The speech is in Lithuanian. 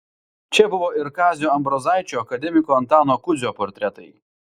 čia buvo ir kazio ambrozaičio akademiko antano kudzio portretai